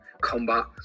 combat